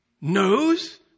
knows